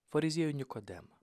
fariziejų nikodemą